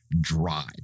Dry